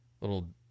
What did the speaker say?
little